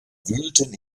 wühlten